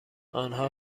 آنها